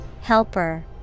Helper